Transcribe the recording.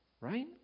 right